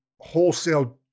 wholesale